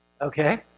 Okay